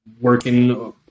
working